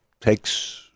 takes